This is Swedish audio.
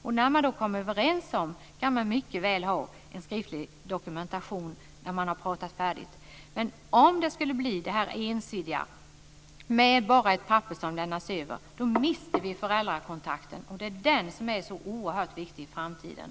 Och när man då kommer överens kan man mycket väl ha en skriftlig dokumentation när man har talat färdigt. Men om det skulle bli detta ensidiga med bara ett papper som lämnas över, då mister vi föräldrakontakten, och det är den som är så oerhört viktig i framtiden.